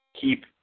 keep